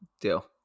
deal